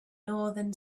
northern